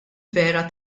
vera